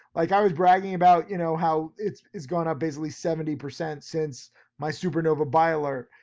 like i was bragging about, you know how it's it's gone up basically seventy percent since my supernova buy alert,